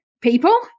people